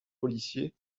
policiers